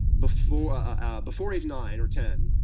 before ah before age nine or ten,